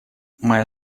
моя